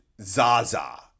Zaza